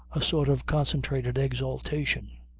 a sort of concentrated exaltation.